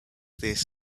this